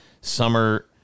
summer